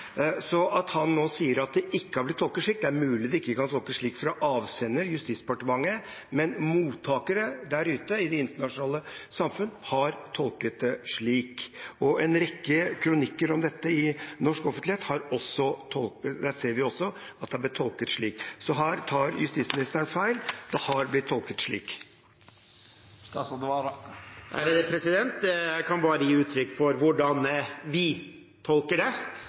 nå at det ikke har blitt tolket slik, og det er mulig det ikke kan tolkes slik fra avsenderen, Justisdepartementet, men mottakere ute i det internasjonale samfunn har tolket det slik. I en rekke kronikker om dette i norsk offentlighet ser vi også at det har blitt tolket slik. Så her tar justisministeren feil. Det har blitt tolket slik. Jeg kan bare gi uttrykk for hvordan vi tolker det.